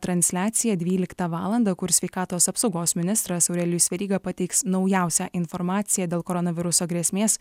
transliaciją dvyliktą valandą kur sveikatos apsaugos ministras aurelijus veryga pateiks naujausią informaciją dėl koronaviruso grėsmės